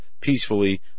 peacefully